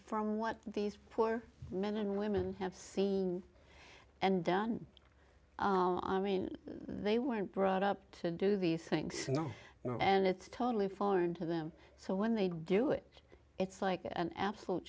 from what these poor men and women have seen and done i mean they weren't brought up to do the things you know and it's totally foreign to them so when they do it it's like an absolute